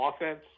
offense